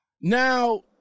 Now